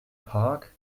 park